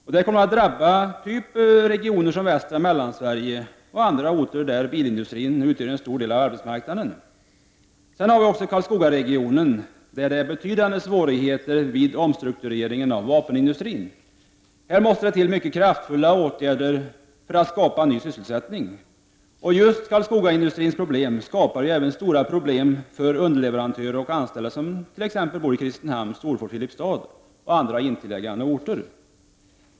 Detta kommer då att drabba regioner som västra Mellansverige och andra områden, där bilindustrin utgör en stor del av arbetsmarknaden. Sedan har vi Karlskogaregionen, där det är betydande svårigheter vid omstruktureringen av vapenindustrin. Här måste det till mycket kraftfulla åtgärder för att skapa en ny sysselsättning. Just Karlskogaindustrins problem skapar ju stora problem även för underleverantörer och anställda som bor t.ex. i Kristinehamn, Storfors, Filipstad och andra intilliggande orter.